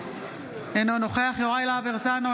אינו נוכח יוראי להב הרצנו,